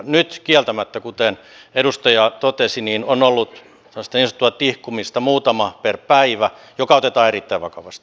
nyt kieltämättä kuten edustaja totesi on ollut tämmöistä niin sanottua tihkumista muutama per päivä joka otetaan erittäin vakavasti